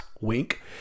Wink